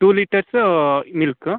to litres milk